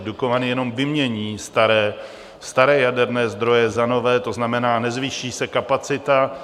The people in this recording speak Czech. Dukovany jenom vymění staré jaderné zdroje za nové, to znamená, nezvýší se kapacita.